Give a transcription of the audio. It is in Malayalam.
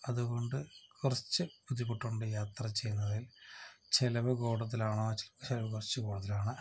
അതുകൊണ്ട് കുറച്ച് ബുദ്ധിമുട്ടുണ്ട് യാത്ര ചെയ്യുന്നതിൽ ചിലവ് കൂടുതലാണോ ചിലവ് കുറച്ചു കൂടുതലാണ്